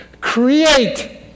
create